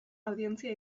audientzia